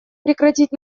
прекратить